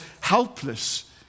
helpless